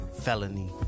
felony